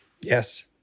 Yes